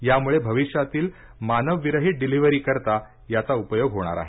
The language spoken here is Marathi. यामुळे भविष्यातील मानव विरहित डिलिवरी करता याचा उपयोग होणार आहे